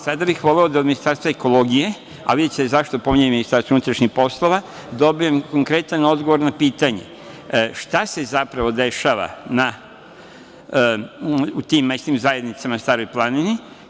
Sada bih voleo da od Ministarstva ekologije, a videćete zašto pominjem i Ministarstvo unutrašnjih poslova, dobijam konkretan odgovor na pitanje – šta se zapravo dešava u tim mesnim zajednicama na Staroj planini?